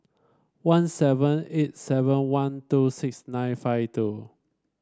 one seven eight seven one two six nine five two